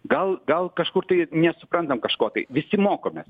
gal gal kažkur tai nesuprantam kažko tai visi mokomės